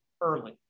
early